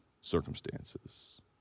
circumstances